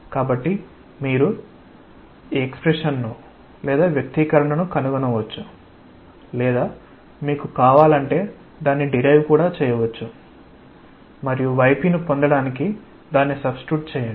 కాబట్టి మీరు వ్యక్తీకరణను కనుగొనవచ్చు లేదా మీకు కావాలంటే దాన్ని డిరైవ్ కూడా చేయవచ్చు మరియు yp ను పొందడానికి దాన్ని సబ్స్టిస్ట్యూట్ చేయండి